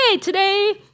today